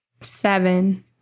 Seven